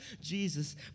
Jesus